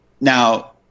now